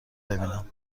ببینم